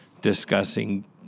discussing